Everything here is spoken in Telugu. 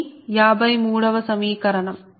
ఇది 53 వ సమీకరణం